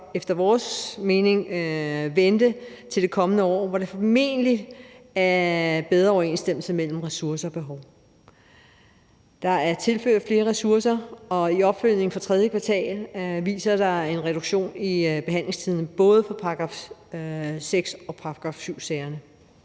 efter vores mening vente til det kommende år, hvor der formentlig vil være bedre overensstemmelse mellem ressourcer og behov. Der er tilført flere ressourcer, og opfølgningen af tredje kvartal viser, at der er en reduktion i behandlingstiden både i § 6- og § 7-sagerne.